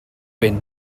wyn